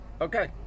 Okay